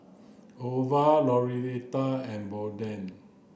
Ova Lauretta and Bolden